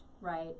right